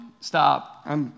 stop